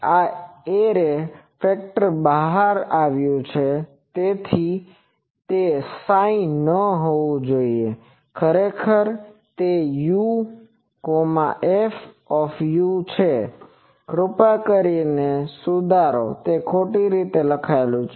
આ array factor બહાર આવ્યું છે અહીં તે ψ ન હોવું જોઈએ ખરેખર તે u f છે કૃપા કરીને તેને સુધારો તે ખોટી રીતે લખાયેલું છે